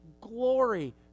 glory